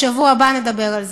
בשבוע הבא נדבר על זה.